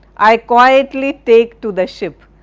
i quietly take to the ship.